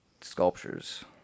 sculptures